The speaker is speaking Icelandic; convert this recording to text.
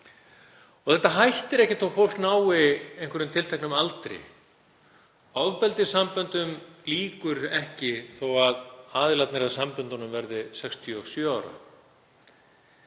í. Þetta hættir ekkert þótt fólk nái einhverjum tilteknum aldri. Ofbeldissamböndum lýkur ekki þó að aðilarnir samböndum verði 67 ára.